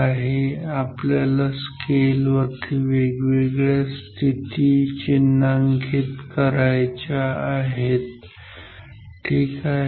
आता आपल्याला स्केल वरती वेगवेगळ्या स्थिती चिन्हांकित करायच्या आहेत ठीक आहे